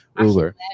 uber